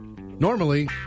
normally